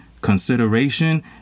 consideration